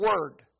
word